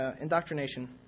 indoctrination